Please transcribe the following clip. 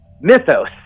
mythos